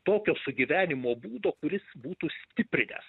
tokio sugyvenimo būdo kuris būtų stiprinęs